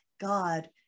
God